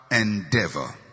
endeavor